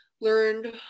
learned